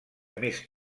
més